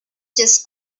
just